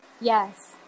Yes